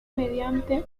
mediante